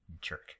Jerk